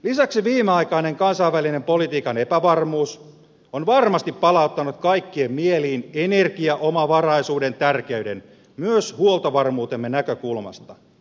lisäksi viimeaikainen kansainvälisen politiikan epävarmuus on varmasti palauttanut kaikkien mieliin energiaomavaraisuuden tärkeyden myös huoltovarmuutemme näkökulmasta